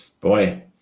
Boy